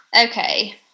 Okay